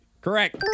Correct